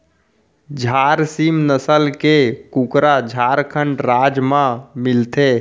झारसीम नसल के कुकरा झारखंड राज म मिलथे